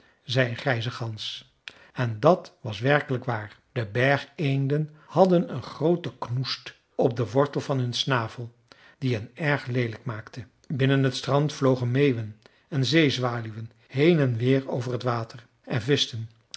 een grijze gans en dat was werkelijk waar de bergeenden hadden een groote knoest op den wortel van hun snavel die hen erg leelijk maakte binnen het strand vlogen meeuwen en zeezwaluwen heen en weer over het water en vischten